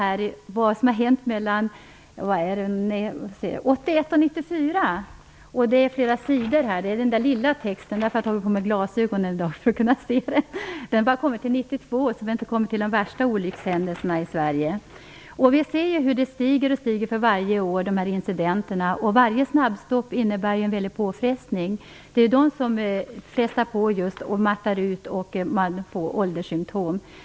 Där står vad som har hänt mellan 1981 och 1994. Det är flera sidor med en liten text. Jag får ta på mig glasögon för att kunna se den. Jag har bara kommit till 1992. Jag har inte kommit till de värsta olyckshändelserna i Sverige. Vi ser att antalet incidenter stiger varje år. Varje snabbstopp innebär en stor påfrestning. Snabbstopp frestar på och mattar ut, och det blir ålderssymtom.